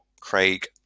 Craig